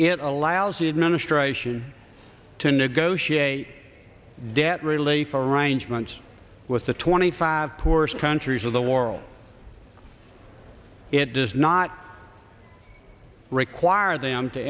it allows an administration to negotiate a debt relief arrangement with the twenty five poorest countries of the world it does not require them to